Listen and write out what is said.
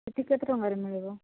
ଏତିକି କେତେ ଟଙ୍କାରେ ମିଳିବ